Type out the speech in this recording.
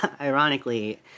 ironically